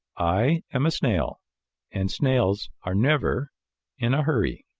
i am a snail and snails are never in a hurry.